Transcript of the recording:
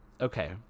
okay